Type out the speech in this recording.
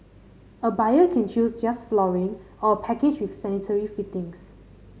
a buyer can choose just flooring or a package with sanitary fittings